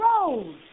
rose